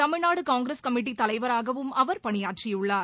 Tamil Nadu Congress committee தலைவராகவும் அவர் பணியாற்றியுள்ளார்